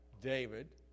David